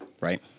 right